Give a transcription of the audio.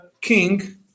king